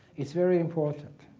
it's very important.